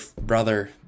brother